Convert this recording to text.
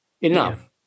enough